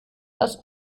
das